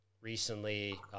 recently